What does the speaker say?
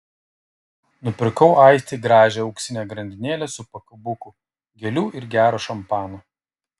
nupirkau aistei gražią auksinę grandinėlę su pakabuku gėlių ir gero šampano